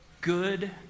Good